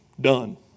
Done